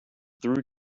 through